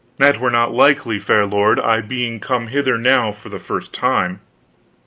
that were not likely, fair lord, i being come hither now for the first time.